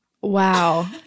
wow